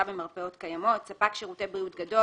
במרפאות קיימות ספק שירותי בריאות גדול,